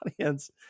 audience